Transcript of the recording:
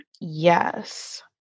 Yes